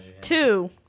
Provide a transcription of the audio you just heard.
Two